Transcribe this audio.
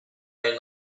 mej